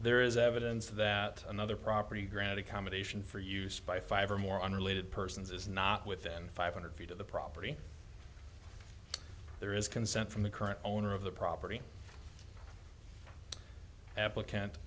there is evidence that another property granted accommodation for use by five or more unrelated persons is not within five hundred feet of the property there is consent from the current owner of the property applicant